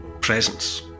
presence